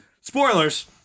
Spoilers